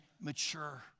mature